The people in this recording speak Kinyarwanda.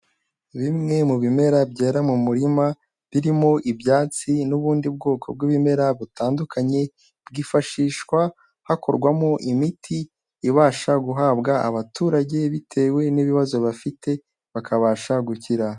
Bimwe mu bimera byera mu murima, birimo ibyatsi n'ubundi bwoko bw'ibimera butandukanye, bwifashishwa hakorwamo imiti ibasha guhabwa abaturage bitewe n'ibibazo bafite, bakabasha gukira.